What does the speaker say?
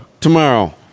tomorrow